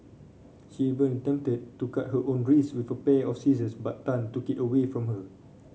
she even attempted to cut her own wrists with a pair of scissors but Tan took it away from her